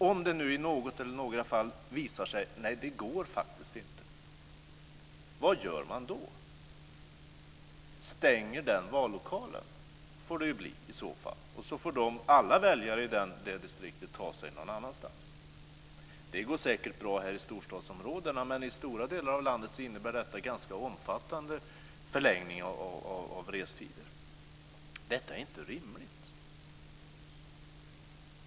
Om det nu i något eller några fall visar sig att det faktiskt inte går, vad gör man då? I så fall får man ju stänga vallokalen, och då får alla väljare i det distriktet ta sig någon annanstans. Det går säkert bra i storstadsområdena, men i stora delar av landet innebär det en ganska omfattande förlängning av restider. Detta är inte rimligt.